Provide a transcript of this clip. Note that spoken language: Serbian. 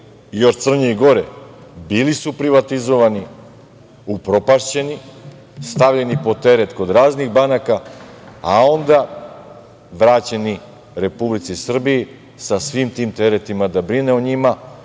još crnje i gore - bili su privatizovani, upropašćeni, stavljeni pod teret kod raznih banaka, a onda vraćeni Republici Srbiji sa svim tim teretima da brine o njima